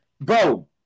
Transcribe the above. Bro